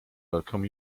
welcome